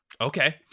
Okay